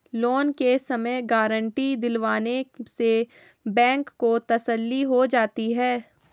loan के समय guarantee दिलवाने से बैंक को तसल्ली हो जाती है